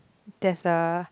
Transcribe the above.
there's a